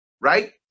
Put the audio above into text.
right